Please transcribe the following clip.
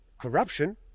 corruption